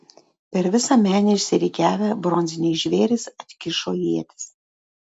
per visą menę išsirikiavę bronziniai žvėrys atkišo ietis